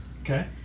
Okay